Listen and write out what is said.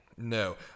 No